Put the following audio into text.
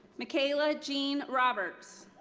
michayla jean roberts.